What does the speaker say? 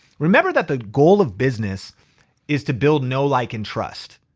remember that the goal of business is to build, know, like and trust.